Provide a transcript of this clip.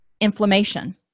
inflammation